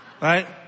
Right